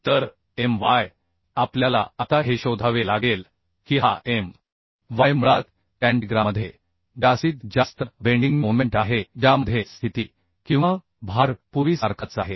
तर M y आपल्याला आता हे शोधावे लागेल की हा M y मुळात कॅन्टिग्रामध्ये जास्तीत जास्त बेंडिंग मोमेंट आहे ज्यामध्ये स्थिती किंवा भार पूर्वीसारखाच आहे